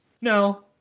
No